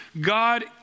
God